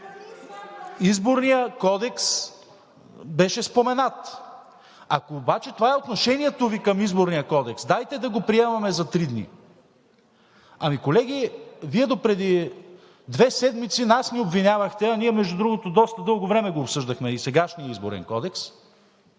Изборният кодекс беше споменат. Ако обаче това е отношението Ви към Изборния кодекс, дайте да го приемем за три дни. Ами, колеги, Вие допреди две седмици ни обвинявахте – а ние, между другото, доста дълго време го обсъждахме и сегашния Изборен кодекс,